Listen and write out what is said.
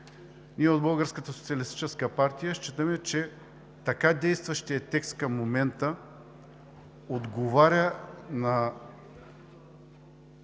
Ние от Българската социалистическа партия считаме, че действащият текст към момента отговаря на